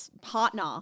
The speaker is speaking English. partner